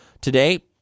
Today